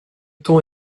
temps